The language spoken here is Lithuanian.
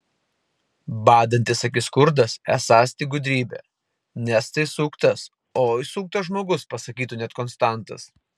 badantis akis skurdas esąs tik gudrybė nes tai suktas oi suktas žmogus pasakytų net konstantas